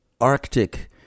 arctic